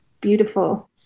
Beautiful